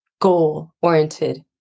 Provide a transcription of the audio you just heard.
goal-oriented